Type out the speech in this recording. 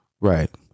Right